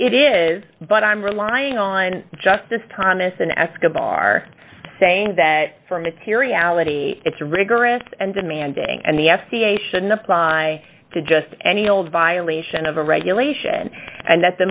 it is but i'm relying on justice thomas and escobar saying that for materiality it's rigorous and demanding and the f d a should not apply to just any old violation of a regulation and that the